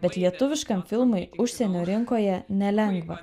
bet lietuviškam filmui užsienio rinkoje nelengva